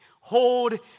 Hold